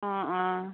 অঁ অঁ